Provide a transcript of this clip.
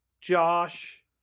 josh